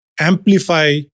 amplify